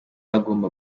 hagomba